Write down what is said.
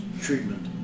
treatment